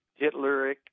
Hitleric